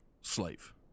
slave